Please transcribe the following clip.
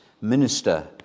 minister